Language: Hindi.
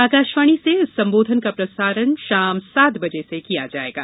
आकाशवाणी से इस संबोधन का प्रसारण शाम सात बजे से किया जायेगा